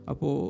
Apo